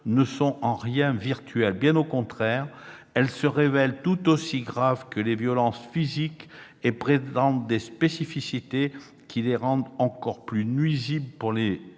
ne sont en rien virtuelles. Bien au contraire, elles se révèlent tout aussi graves que des violences physiques et présentent des spécificités qui les rendent encore plus nuisibles pour les